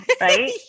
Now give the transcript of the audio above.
right